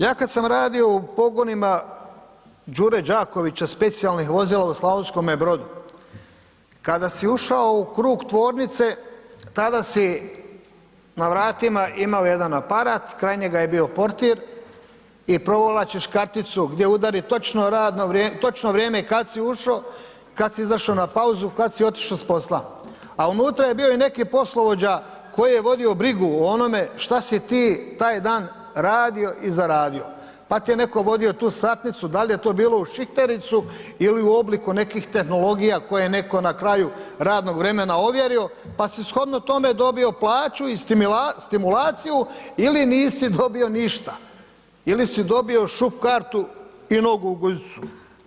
Ja kad sam radio u pogonima Đure Đakovića specijalnih vozila u Slavonskome Brodu, kada si ušao u krug tvornice, tada si na vratima imao jedan aparat, kraj njega je bio portir i provlačiš karticu gdje udari točno vrijeme kad si ušo, kad si izašo na pauzu, kad si otišo s posla, a unutra je bio i neki poslovođa koji je vodio brigu o onome šta si ti taj dan radio i zaradio, pa ti je netko vodio tu satnicu, da li je to bilo u šihtericu ili u obliku nekih tehnologija koje je neko na kraju radnog vremena ovjerio, pa si shodno tome dobio plaću i stimulaciju ili nisi dobio ništa ili si dobio šup kartu i nogu u guzicu.